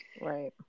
Right